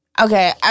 Okay